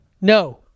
no